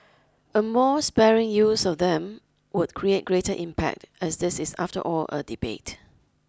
a more sparing use of them would create greater impact as this is after all a debate